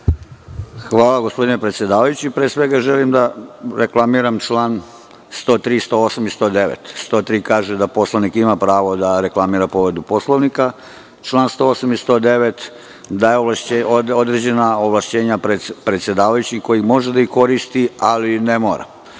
Hvala gospodine predsedavajući, pre svega želim da reklamiram član 103, 108. i 109.Član 103. kaže da poslanik ima pravo da reklamira povredu Poslovnika, član 108. i 109. daje određena ovlašćenja predsedavajućem, koji može da ih koristi, ali ne mora.U